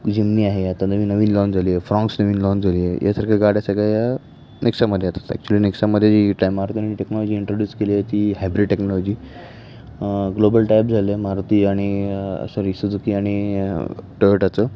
जिमनी आहे आता नवी नवीन लॉन्च झालीय फ्रॉंक्स नवीन लॉन्च झाली आहे यासारख्या गाड्या सगळ्या या नेक्सामध्ये येतात ॲक्चुली नेक्सामध्ये जी टेक्नॉजी इंट्रड्युस केली आहे ती हायब्रिड टेक्नॉलॉजी ग्लोबल टायअप झालं आहे मारुती आणि सॉरी सुजुकी आणि टोयोटाचं